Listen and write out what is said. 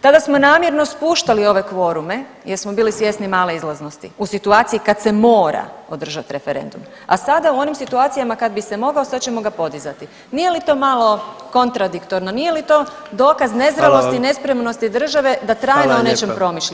tada smo namjerno spuštali ove kvorume jer smo bili svjesni male izlaznosti u situaciji kad se mora održat referendum, a sada u onim situacijama kad bi se mogao sad ćemo ga podizati, nije li to malo kontradiktorno, nije li to dokaz nezrelosti i nespremnosti države da trajno o nečem promišlja?